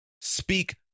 Speak